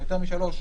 יותר משלוש,